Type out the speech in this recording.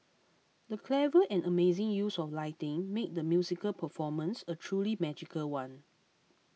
the clever and amazing use of lighting made the musical performance a truly magical one